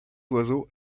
oiseaux